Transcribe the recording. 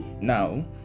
now